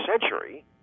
century